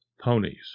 ponies